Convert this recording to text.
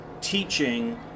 teaching